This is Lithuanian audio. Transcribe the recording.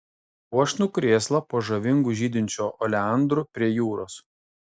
puošnų krėslą po žavingu žydinčiu oleandru prie jūros